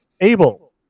Abel